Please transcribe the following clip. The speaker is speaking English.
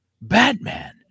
Batman